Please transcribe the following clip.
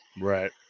Right